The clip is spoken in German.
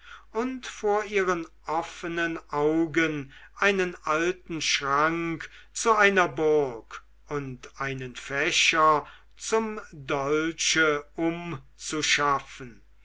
und vor ihren offenen augen einen alten schrank zu einer burg und einen fächer zum dolche umzuschaffen